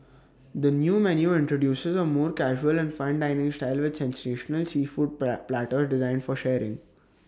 the new menu introduces A more casual and fun dining style with sensational seafood platters designed for sharing